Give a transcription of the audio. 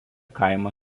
kaimą